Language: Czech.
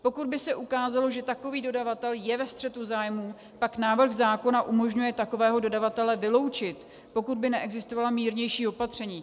Pokud by se ukázalo, že takový dodavatel je ve střetu zájmů, pak návrh zákona umožňuje takového dodavatele vyloučit, pokud by neexistovalo mírnější opatření.